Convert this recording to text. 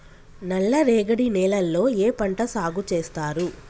నల్లరేగడి నేలల్లో ఏ పంట సాగు చేస్తారు?